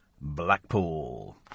Blackpool